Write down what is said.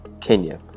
Kenya